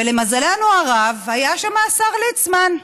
ולמזלנו הרב היה שם השר ליצמן,